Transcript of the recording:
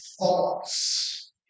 thoughts